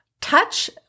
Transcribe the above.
Touch